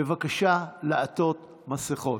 בבקשה לעטות מסכות.